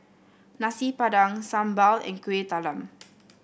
Nasi Padang sambal and Kuih Talam